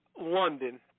London